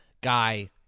guy